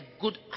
good